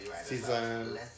season